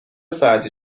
ساعتی